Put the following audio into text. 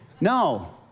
No